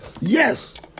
Yes